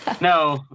No